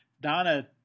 Donna